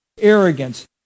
arrogance